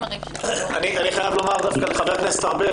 אני חייב לומר לחבר הכנסת ארבל,